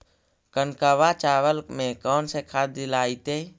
कनकवा चावल में कौन से खाद दिलाइतै?